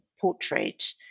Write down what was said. portrait